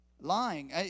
Lying